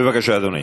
בבקשה, אדוני.